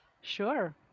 Sure